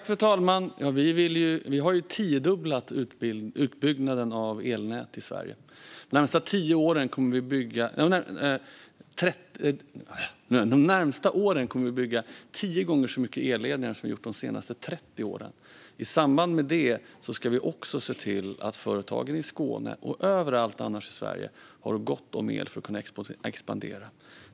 Fru talman! Vi har tiodubblat utbyggnaden av elnätet i Sverige. De närmaste åren kommer vi att bygga tio gånger så mycket elledningar som har byggts de senaste 30 åren. I samband med det ska vi se till att företagen i Skåne och överallt annars i Sverige har gott om el för att kunna expandera.